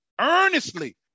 earnestly